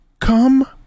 come